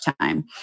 time